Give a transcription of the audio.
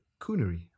coonery